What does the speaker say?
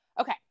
okay